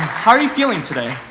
how are you feeling today?